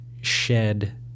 shed